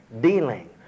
dealing